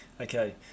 Okay